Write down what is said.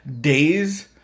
days